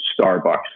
Starbucks